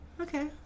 Okay